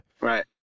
Right